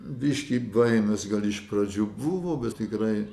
biškį baimės gal iš pradžių buvo bet tikrai